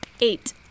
eight